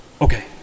Okay